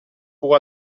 pour